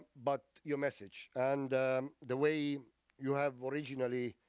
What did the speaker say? but your message and the way you have originally